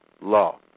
law